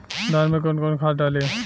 धान में कौन कौनखाद डाली?